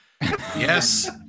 Yes